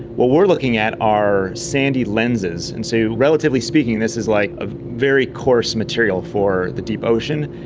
what we are looking at are sandy lenses, and so relatively speaking this is like a very coarse material for the deep ocean.